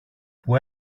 που